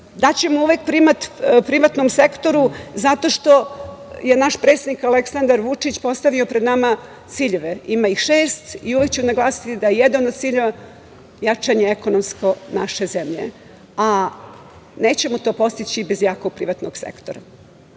Daćemo uvek primat privatnom sektoru zato što je naš predsednik Aleksandar Vučić postavio pred nama ciljeve. Ima ih šest i uvek ću naglasiti da je jedan od ciljeva jačanje ekonomsko naše zemlje, a nećemo to postići bez jakog privatnog sektora.